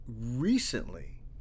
recently